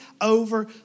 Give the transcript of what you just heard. over